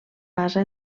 basa